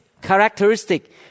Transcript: characteristic